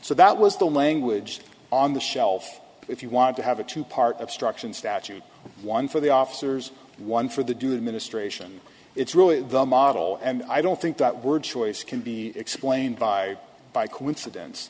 so that was the language on the shelf if you want to have a two part of structure in statute one for the officers one for the due administration it's really the model and i don't think that word choice can be explained by by coincidence